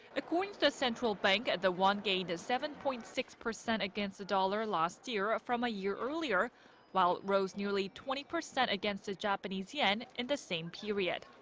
according to the central bank, the won gained seven point six percent against the dollar last year ah from a year earlier while it rose nearly twenty percent against the japanese yen in the same period.